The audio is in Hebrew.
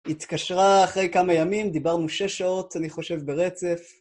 התקשרה אחרי כמה ימים, דיברנו שש שעות אני חושב ברצף.